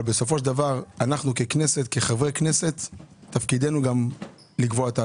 בסופו של דבר תפקידנו כחברי כנסת הוא לקבוע את העדיפות,